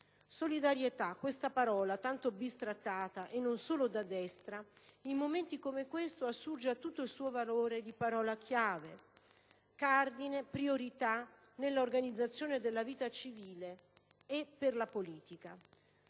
Solidarietà: questa parola tanto bistrattata, e non solo da destra, in momenti come questo assurge a tutto il suo valore di parola chiave, cardine, priorità nell'organizzazione della vita civile e per la politica.